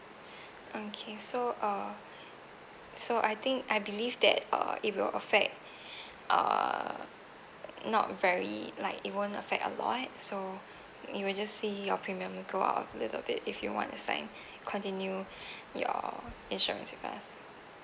okay so uh so I think I believe that uh it will affect err not very like it won't affect a lot so you will just see your premium go up a little bit if you want assign continue your insurance with us